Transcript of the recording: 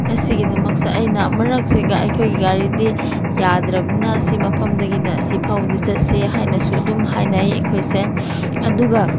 ꯉꯁꯤꯒꯤꯗꯃꯛꯁꯦ ꯑꯩꯅ ꯃꯔꯛꯁꯦ ꯑꯩꯈꯣꯏꯒꯤ ꯒꯥꯔꯤꯗꯤ ꯌꯥꯗ꯭ꯔꯕꯅꯤꯅ ꯁꯤ ꯃꯐꯝꯗꯒꯤꯅ ꯑꯁꯤ ꯐꯥꯎꯕꯗꯤ ꯆꯠꯁꯦ ꯍꯥꯏꯅꯗꯤ ꯑꯗꯨꯝ ꯍꯥꯏꯅꯩ ꯑꯩꯈꯣꯏꯁꯦ ꯑꯗꯨꯒ